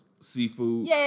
Seafood